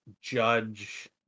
judge